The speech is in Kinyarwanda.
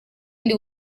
ndi